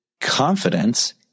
confidence